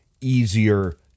easier